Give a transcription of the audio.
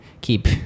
keep